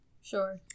Sure